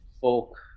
folk